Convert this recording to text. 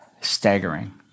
Staggering